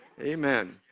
Amen